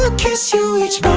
ah kiss you each